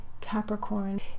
Capricorn